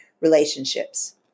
relationships